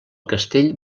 castell